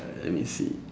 uh let me see